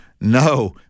No